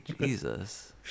Jesus